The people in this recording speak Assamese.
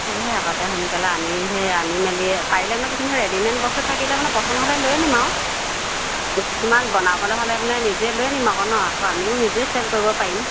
সেয়েহে আকৌ এতিয়া সোনকালে আনি সেই আনি মেলি পাৰিলে মানে কিছুমান ৰেডিমেড বস্তু থাকিলে মানে পচন্দ হ'লে লৈ আনিম আৰু কিছুমান বনাবলৈ হ'লে মানে নিজে লৈ আনিম আকৌ নহ্ আকৌ আমিও নিজে চেল কৰিব পাৰিম